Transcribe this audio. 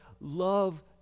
love